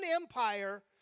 Empire